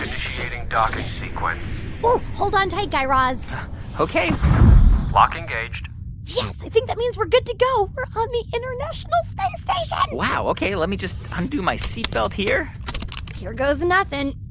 initiating docking sequence hold on tight, guy raz ok lock engaged yes. i think that means we're good to go. we're on the international space station um wow. ok. let me just undo my seatbelt here here goes nothing.